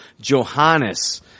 Johannes